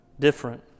different